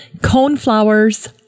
Coneflowers